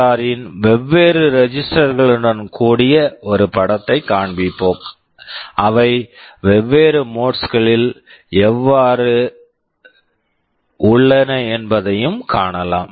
R CPSR ன் வெவ்வேறு register register களுடன் கூடிய ஒரு படத்தை காண்பிப்போம் அவை வெவ்வேறு மோட்ஸ் modes களில் எவ்வாறு உள்ளன என்பதையும் காணலாம்